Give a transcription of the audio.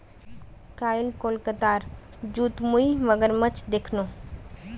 कईल कोलकातार जूत मुई मगरमच्छ दखनू